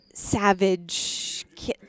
savage